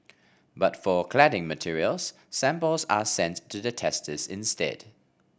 but for cladding materials samples are sent to the testers instead